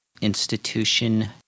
institution